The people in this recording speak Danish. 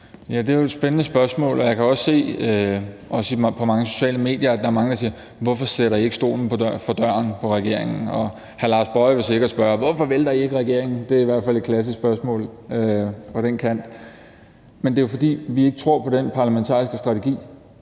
Det er jo et spændende spørgsmål, og jeg kan også se på mange sociale medier, at der er mange, der spørger: Hvorfor sætter I ikke regeringen stolen for døren? Og hr. Lars Boje Mathiesen vil sikkert spørge: Hvorfor vælter I ikke regeringen? Det er i hvert fald et klassisk spørgsmål fra den kant. Men det er jo, fordi vi ikke tror på den parlamentariske strategi.